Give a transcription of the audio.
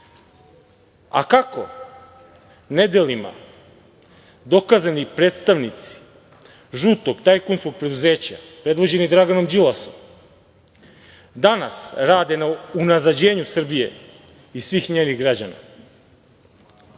kako nedelima dokazani predstavnici žutog tajkunskog preduzeća predvođeni Draganom Đilasom danas rade na unazađenju Srbije i svih njenih građana,